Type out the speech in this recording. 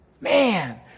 Man